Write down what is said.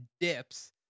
dips